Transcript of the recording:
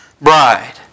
bride